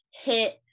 hit